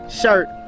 shirt